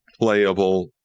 playable